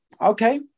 okay